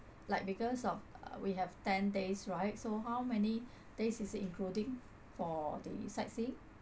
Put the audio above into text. like because of uh we have ten days right so how many days is it including for the sightseeing